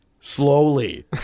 slowly